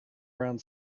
around